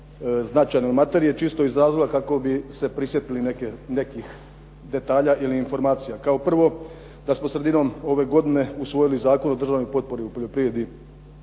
značajnoj materiji, čisto iz razloga kako bi se prisjetili nekih detalja ili informacija. Kao prvo, da smo sredinom ove godine usvojili Zakon o državnoj potpori u poljoprivredi